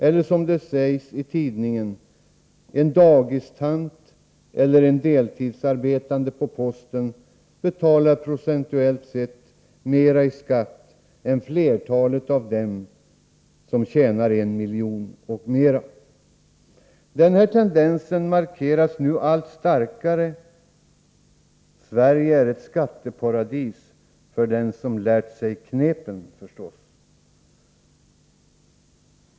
Eller, som det sägs i tidningen: En dagistant eller en som arbetar deltid på posten betalar procentuellt sett mera i skatt än flertalet av dem som tjänar en miljon och mera. Denna tendens markeras nu allt starkare. Sverige är ett skatteparadis — för den som lärt sig knepen, förstås.